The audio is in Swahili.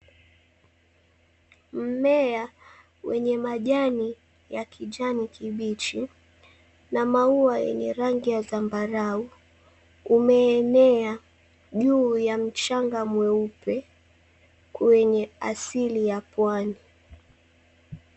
Mmea wenye majani ya kijani kibichi na maua yenye rangi ya zambarau umemea juu ya mchanga mweupe kwenye asili ya pwani.